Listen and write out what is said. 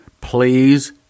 Please